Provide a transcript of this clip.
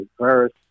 verse